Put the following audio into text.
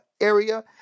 area